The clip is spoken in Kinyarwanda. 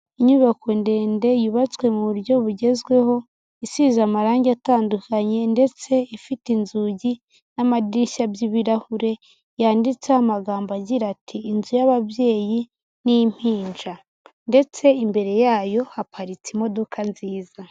Inyubako ndende yubatswe mu buryo bugezweho, isize amarangi atandukanye ndetse ifite inzugi n'amadirishya by'ibirahure yanditseho amagambo agira ati "Inzu y'ababyeyi n'impinja" ndetse imbere yayo haparitse imodoka nziza.